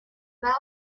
where